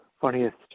funniest